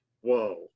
whoa